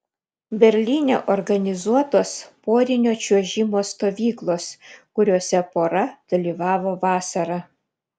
berlyne organizuotos porinio čiuožimo stovyklos kuriose pora dalyvavo vasarą